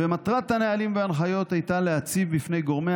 ומטרת הנהלים וההנחיות הייתה להציב בפני גורמי